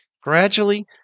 Gradually